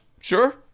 Sure